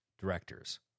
directors